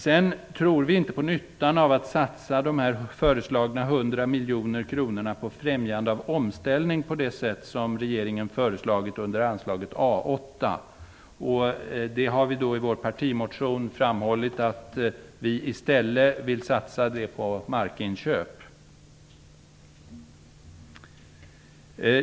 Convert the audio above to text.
Vi tror inte på nyttan av att satsa de föreslagna hundra miljoner kronorna på främjande av omställning på det sätt som regeringen föreslagit under anslaget A8. Vi har i vår partimotion framhållit att vi i stället vill satsa de pengarna på markinköp.